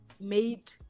made